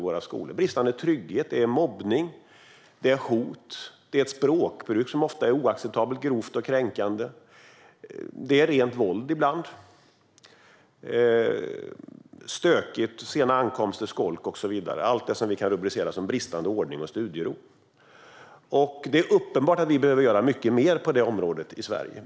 Det är bristande trygghet, det är mobbning, hot, ett språkbruk som ofta är oacceptabelt - det är grovt och kränkande - rent våld ibland, stökigt, sena ankomster, skolk och så vidare, alltså allt det som vi kan rubricera som bristande ordning och studiero. Det är uppenbart att vi behöver göra mycket mer på det området i Sverige.